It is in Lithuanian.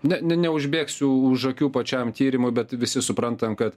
ne ne neužbėgsiu už akių pačiam tyrimui bet visi suprantam kad